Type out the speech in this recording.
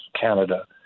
Canada